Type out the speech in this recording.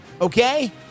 okay